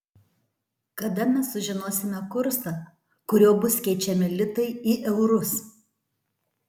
kada mes sužinosime kursą kuriuo bus keičiami litai į eurus